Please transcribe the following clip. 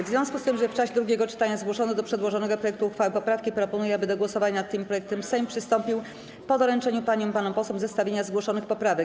W związku z tym, że w czasie drugiego czytania zgłoszono do przedłożonego projektu uchwały poprawki, proponuję, aby do głosowania nad tym projektem Sejm przystąpił po doręczeniu paniom i panom posłom zestawienia zgłoszonych poprawek.